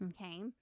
Okay